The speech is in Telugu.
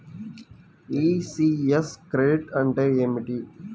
ఈ.సి.యస్ క్రెడిట్ అంటే ఏమిటి?